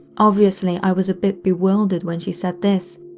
obviously i was a bit bewildered when she said this,